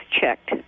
checked